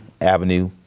avenue